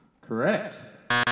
Correct